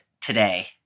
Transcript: today